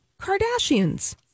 Kardashians